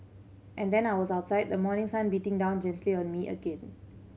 and then I was outside the morning sun beating down gently on me again